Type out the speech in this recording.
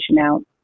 out